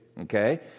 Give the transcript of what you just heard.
okay